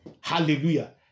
hallelujah